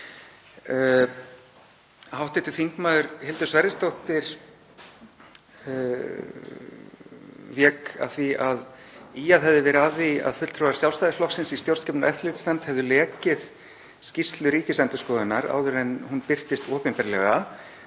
pontu. Hv. þm. Hildur Sverrisdóttir vék að því að ýjað hefði verið að því að fulltrúar Sjálfstæðisflokksins í stjórnskipunar- og eftirlitsnefnd hefðu lekið skýrslu Ríkisendurskoðunar áður en hún birtist opinberlega.